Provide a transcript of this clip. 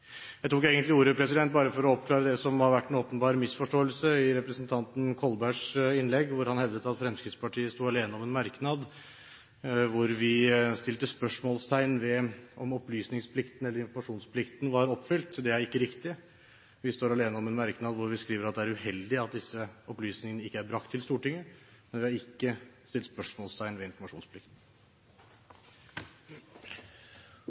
Jeg tok egentlig ordet bare for å oppklare det som har vært en åpenbar misforståelse i representanten Kolbergs innlegg, hvor han hevdet at Fremskrittspartiet sto alene om en merknad hvor vi satte spørsmålstegn ved om opplysningsplikten eller informasjonsplikten var oppfylt. Det er ikke riktig. Vi står alene om en merknad hvor vi skriver at det er «uheldig» at disse opplysningene ikke er brakt videre til Stortinget, men vi har ikke satt spørsmålstegn ved